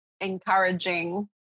encouraging